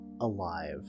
alive